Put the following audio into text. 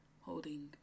holding